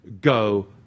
go